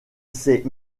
ces